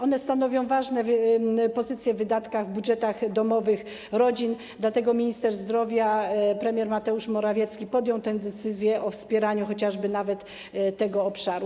One stanowią ważną pozycję w wydatkach, w budżetach domowych rodzin, dlatego minister zdrowia, premier Mateusz Morawiecki podjęli decyzję o wspieraniu chociażby nawet tego obszaru.